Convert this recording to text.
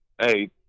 Hey